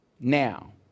Now